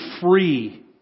free